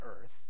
earth